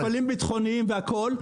מפעלים ביטחוניים והכול,